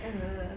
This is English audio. whatever